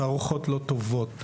התערוכות לא טובות,